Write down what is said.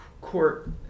Court